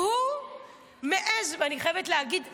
הוא מעז, אני חייבת להגיד משהו,